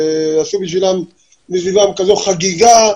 עשו בשבילם כזו חגיגה.